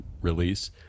release